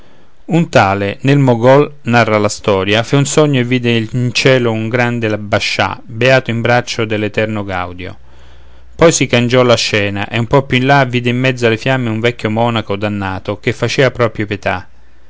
un tale nel mogòl narra la storia fe un sogno e vide in cielo un gran bascià beato in braccio dell'eterno gaudio poi si cangiò la scena e un po più in là vide in mezzo alle fiamme un vecchio monaco dannato che facea proprio pietà